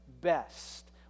best